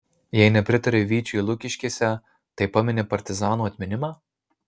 jei nepritari vyčiui lukiškėse tai pamini partizanų atminimą